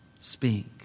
speak